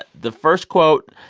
ah the first quote,